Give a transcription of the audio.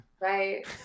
Right